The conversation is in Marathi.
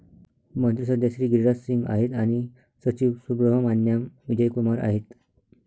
मंत्री सध्या श्री गिरिराज सिंग आहेत आणि सचिव सुब्रहमान्याम विजय कुमार आहेत